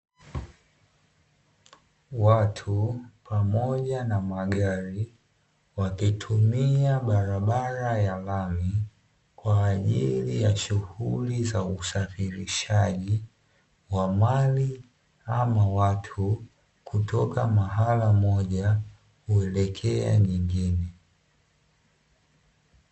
Watu pamoja na magari wakitumia barabara ya lami kwa ajili ya shughuli za usafirishaji wa mali ama watu, kutoka mahali pamoja kuelekea pengine.